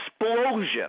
explosion